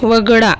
वगळा